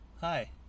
hi